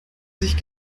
sich